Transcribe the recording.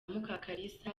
mukakalisa